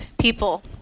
people